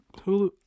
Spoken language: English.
Hulu